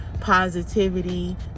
positivity